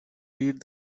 read